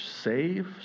save